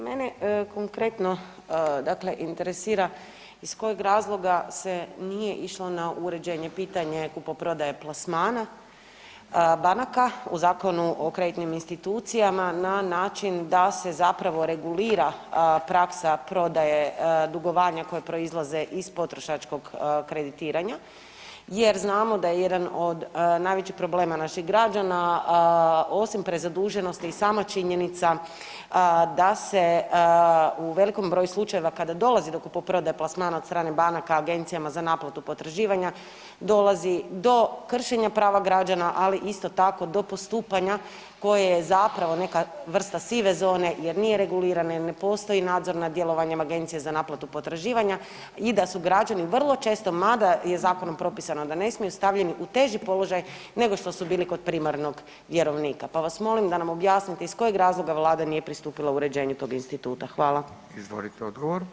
Mene konkretno dakle interesira iz kojeg razloga se nije išlo na uređenje pitanja kupoprodaje plasmana banaka u Zakonu o kreditnim institucijama na način da se zapravo regulira praksa prodaje dugovanja koje proizlaze iz potrošačkog kreditiranja jer znamo da je jedan od najvećih problema naših građana osim prezaduženosti i sama činjenica da se u velikom broju slučajeva kada dolazi do kupoprodaje plasmana od strane banaka Agencijama za naplatu potraživanja dolazi do kršenja prava građana, ali isto tako do postupanja koje je zapravo neka vrsta sive zone jer nije regulirana i ne postoji nadzor nad djelovanjem Agencije za naplatu potraživanja i da su građani vrlo često, mada je zakonom propisano da ne smiju, stavljeni u teži položaj nego što su bili kod privatnog vjerovnika, pa vas molim da nam objasnite iz kojeg razloga vlada nije pristupila uređenju tog intituta?